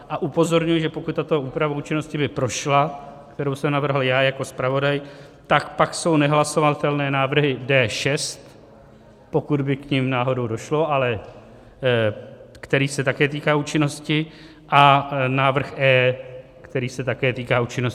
A upozorňuji, že pokud by tato úprava účinnosti prošla, kterou jsem navrhl já jako zpravodaj, tak pak jsou nehlasovatelné návrhy D6, pokud by k nim náhodou došlo, který se také týká účinnosti, a návrh E, který se také týká účinnosti.